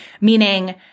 meaning